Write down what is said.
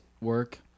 work